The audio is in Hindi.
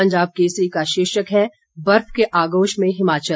पंजाब केसरी का शीर्षक है बर्फ के आगोश में हिमाचल